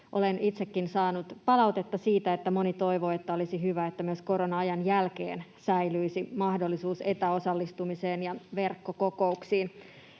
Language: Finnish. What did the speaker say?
Olen itsekin saanut palautetta siitä, että moni toivoo, että olisi hyvä, että myös korona-ajan jälkeen säilyisi mahdollisuus etäosallistumiseen ja verkkokokouksiin.